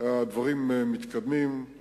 כבוד השר, יש